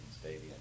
Stadium